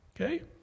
Okay